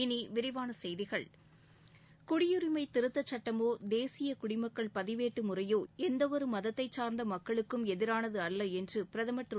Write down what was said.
இனி விரிவான செய்திகள் குடியுரிமை திருத்தச்சுட்டமோ தேசிய குடிமக்கள் பதிவேட்டு முறையோ எந்தவொரு மதத்தைச் சார்ந்த மக்களுக்கும் எதிரானதல்ல என்று பிரதமர் திரு